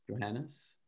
Johannes